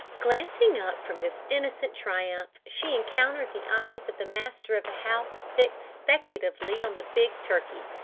glancing up from this innocent triumph, she encountered the eyes of the master of the house fixed speculatively on the big turkey.